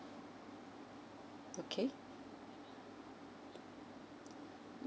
okay